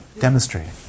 demonstrating